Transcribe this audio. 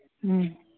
ꯎꯝ